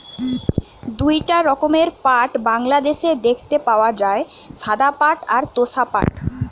দুইটা রকমের পাট বাংলাদেশে দেখতে পাওয়া যায়, সাদা পাট আর তোষা পাট